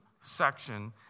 section